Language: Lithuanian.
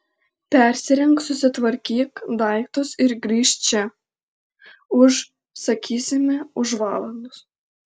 persirenk susitvarkyk daiktus ir grįžk čia už sakysime už valandos